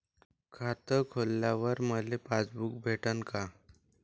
खातं खोलल्यावर मले पासबुक भेटन का?